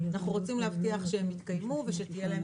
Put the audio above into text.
אנחנו רוצים להבטיח שהם יתקיימו ושתהיה להם